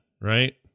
right